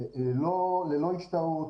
ללא השתהות,